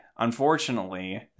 Unfortunately